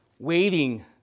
Waiting